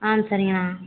ஆ சரிங்கண்ணா